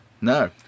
No